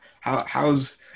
how's